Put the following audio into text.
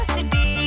City